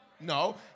no